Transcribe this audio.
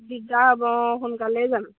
দিগদাৰ হ'ব অঁ সোনকালে যাম